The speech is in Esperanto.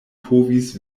povis